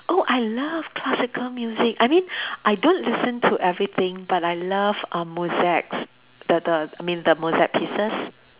oh I love classical music I mean I don't listen to everything but I love uh Mozart's the the I mean the Mozart pieces